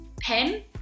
pen